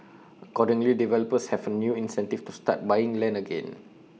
accordingly developers have A new incentive to start buying land again